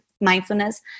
mindfulness